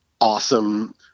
awesome